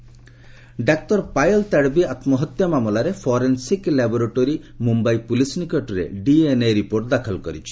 Tadvi suicide ଡାକ୍ତର ପାୟଲ୍ ତାଡବି ଆତ୍କହତ୍ୟା ମାମଲାରେ ଫୋରେନ୍ସିକ୍ ଲାବ୍ରୋଟୋରୀ ମୁମ୍ବାଇ ପୁଲିସ୍ ନିକଟରେ ଡିଏନ୍ଏ ରିପୋର୍ଟ୍ ଦାଖଲ କରିଛି